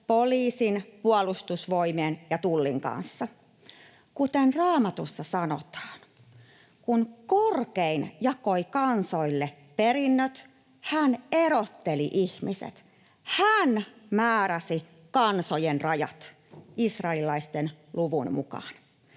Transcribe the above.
poliisin, Puolustusvoimien ja Tullin kanssa. Kuten Raamatussa sanotaan: ”Kun Korkein jakoi kansoille perinnöt, kun hän erotteli ihmiset, hän määräsi kansojen rajat israelilaisten luvun mukaan.”